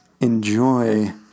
enjoy